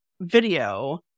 video